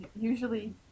Usually